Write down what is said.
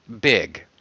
big